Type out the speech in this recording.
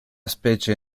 specie